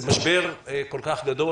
זה משבר כל-כך גדול,